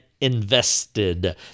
invested